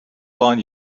align